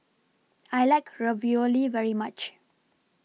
I like Ravioli very much